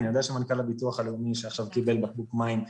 אני יודע שמנכ"ל הביטוח הלאומי שעכשיו קיבל בקבוק מים,